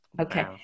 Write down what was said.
Okay